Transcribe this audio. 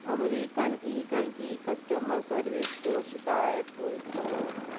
American Eagle کی customer service کو شکایت ٹویٹ کرو